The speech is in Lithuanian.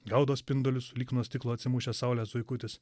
gaudo spindulius lyg nuo stiklo atsimušęs saulės zuikutis